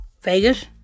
Vegas